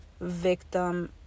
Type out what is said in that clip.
victim